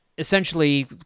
essentially